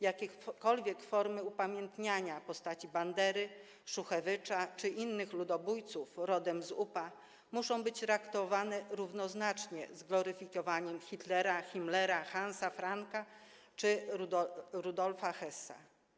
Jakiekolwiek formy upamiętniania postaci Bandery, Szuchewycza czy innych ludobójców rodem z UPA muszą być traktowane równoznacznie z gloryfikowaniem Hitlera, Himmlera, Hansa Franka czy Rudolfa Hessa.